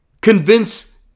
Convince